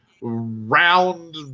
round